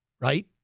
right